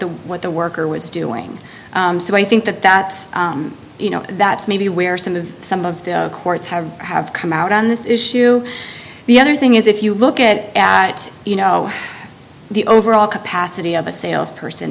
the what the worker was doing so i think that that's you know that's maybe where some of some of the courts have have come out on this issue the other thing is if you look at you know the overall capacity of a sales person